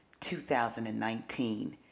2019